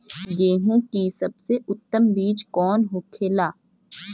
गेहूँ की सबसे उत्तम बीज कौन होखेला?